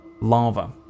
lava